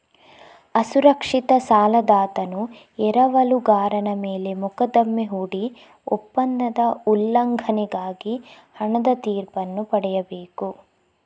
ಅಸುರಕ್ಷಿತ ಸಾಲದಾತನು ಎರವಲುಗಾರನ ಮೇಲೆ ಮೊಕದ್ದಮೆ ಹೂಡಿ ಒಪ್ಪಂದದ ಉಲ್ಲಂಘನೆಗಾಗಿ ಹಣದ ತೀರ್ಪನ್ನು ಪಡೆಯಬೇಕು